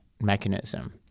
mechanism